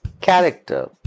character